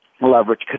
Leverage